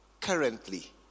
currently